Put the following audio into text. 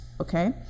okay